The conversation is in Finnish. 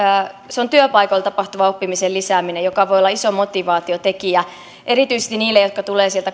se on työpaikoilla tapahtuvan oppimisen lisääminen joka voi olla iso motivaatiotekijä erityisesti niille jotka tulevat